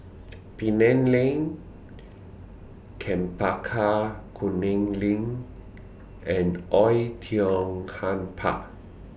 Penang Lane Chempaka Kuning LINK and Oei Tiong Ham Park